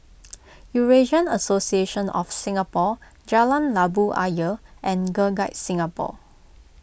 Eurasian Association of Singapore Jalan Labu Ayer and Girl Guides Singapore